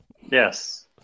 Yes